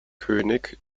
könig